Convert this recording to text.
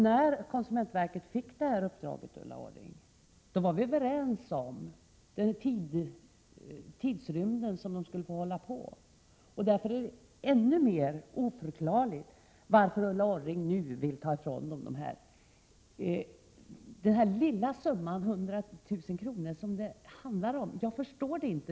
När konsumentverket fick sitt uppdrag, var vi överens om tidsramen. Då är det ännu mer oförklarligt varför Ulla Orring nu vill ta ifrån konsumentverket den lilla summa om 100 000 kr. som det handlar om. Jag kan inte förstå det.